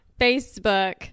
Facebook